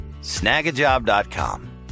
Snagajob.com